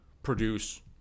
produce